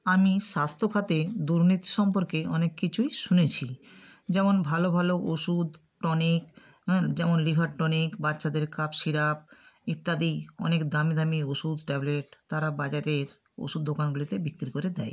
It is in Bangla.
আমি স্বাস্থ্যখাতে দুর্নীতি সম্পর্কে অনেক কিছুই শুনেছি যেমন ভালো ভালো ওষুধ টনিক হ্যাঁ যেমন লিভার টনিক বাচ্চাদের কাফ সিরাপ ইত্যাদি অনেক দামি দামি ওষুধ ট্যাবলেট তারা বাজারের ওষুধ দোকানগুলিতে বিক্রি করে দেয়